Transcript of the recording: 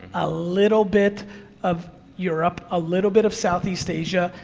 a little bit of europe, a little bit of southeast asia,